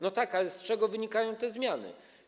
No tak, ale z czego wynikają te zmiany?